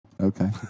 Okay